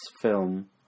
film